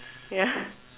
ya